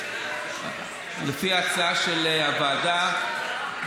לפי ההצעה של הוועדה,